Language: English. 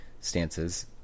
stances